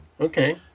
Okay